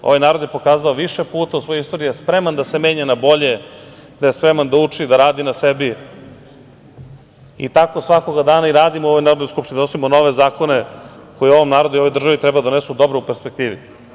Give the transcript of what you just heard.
Ovaj narod je pokazao više puta u svojoj istoriji da je spreman da se menja na bolje, da je spreman da uči, da radi na sebi i tako svakoga dana i radimo u ovoj Narodnoj skupštini, donosimo nove zakone koje ovom narodu i ovoj državi treba da donesu dobro u perspektivi.